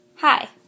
Hi